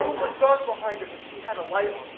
was dark behind her, but she had a light on.